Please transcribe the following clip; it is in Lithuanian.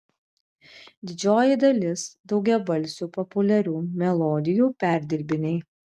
didžioji dalis daugiabalsių populiarių melodijų perdirbiniai